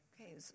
Okay